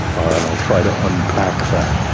and i'll try to unpack that.